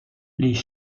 les